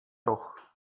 roh